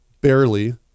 barely